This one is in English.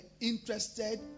interested